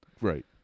right